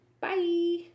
Bye